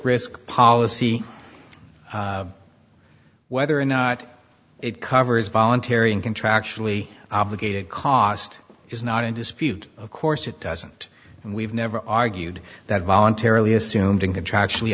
risk policy whether or not it covers voluntary and contractually obligated cost is not in dispute of course it doesn't and we've never argued that voluntarily assuming contractually